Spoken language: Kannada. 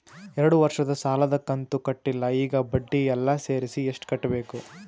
ಎರಡು ವರ್ಷದ ಸಾಲದ ಕಂತು ಕಟ್ಟಿಲ ಈಗ ಬಡ್ಡಿ ಎಲ್ಲಾ ಸೇರಿಸಿ ಎಷ್ಟ ಕಟ್ಟಬೇಕು?